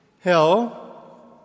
Hell